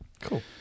Cool